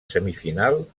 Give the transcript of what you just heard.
semifinal